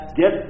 get